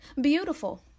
beautiful